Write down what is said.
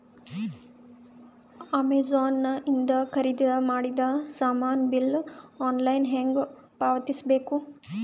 Amazon ಇಂದ ಖರೀದಿದ ಮಾಡಿದ ಸಾಮಾನ ಬಿಲ್ ಆನ್ಲೈನ್ ಹೆಂಗ್ ಪಾವತಿಸ ಬೇಕು?